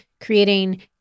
creating